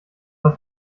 was